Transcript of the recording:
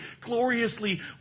gloriously